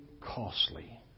costly